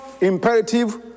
imperative